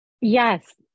yes